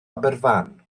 aberfan